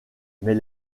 mais